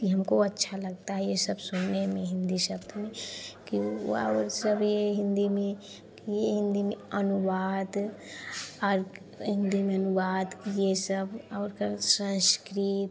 कि हमको अच्छा लगता है यह सब सुनने में हिंदी शब्द में कि और सब यह हिंदी में कि यह हिंदी में अनुवाद आग हिंदी में अनुवाद यह सब और का संस्कृत